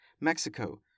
Mexico